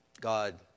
God